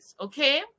okay